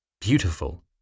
Beautiful